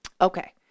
Okay